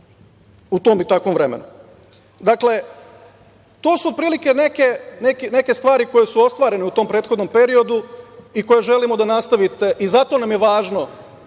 u tom i takvom vremenu. Dakle, to su otprilike neke stvari koje su ostvarene u tom prethodnom periodu i koje želimo da nastavite i zato nam je važno